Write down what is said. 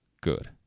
good